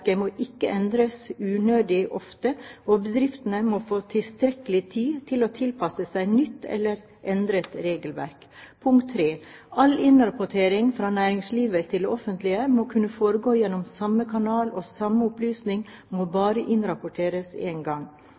Regelverket må ikke endres unødig ofte, og bedriftene må få tilstrekkelig tid til å tilpasse seg nytt eller endret regelverk. All innrapportering fra næringslivet til det offentlige må kunne foregå gjennom samme kanal, og samme opplysning må bare innrapporteres én gang.